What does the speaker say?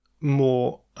more